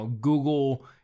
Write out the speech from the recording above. Google